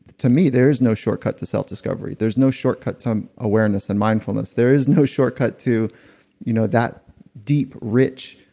to me there is no shortcut to self discovery there's no shortcut to awareness and mindfulness. there is no shortcut to you know that deep rich